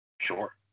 Sure